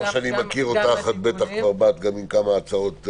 כמו שאני מכיר אותך, בטח כבר באת גם עם כמה הצעות.